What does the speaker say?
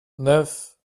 neuf